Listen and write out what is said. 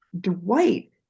Dwight